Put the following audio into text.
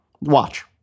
Watch